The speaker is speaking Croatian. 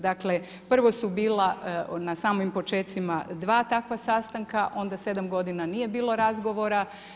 Dakle, prvo su bila na samim počecima 2 takva sastanka, onda 7 g. nije bilo razgovora.